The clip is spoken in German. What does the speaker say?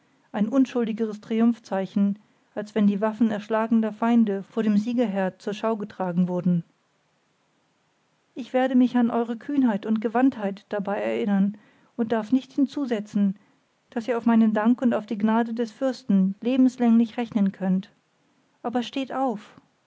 ein unschuldigeres triumphzeichen als wenn die waffen erschlagener feinde vor dem sieger her zur schau getragen wurden ich werde mich an eure kühnheit und gewandtheit dabei erinnern und darf nicht hinzusetzen daß ihr auf meinen dank und auf die gnade des fürsten lebenslänglich rechnen könnt aber steht auf